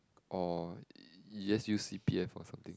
or you just use c_p_f or something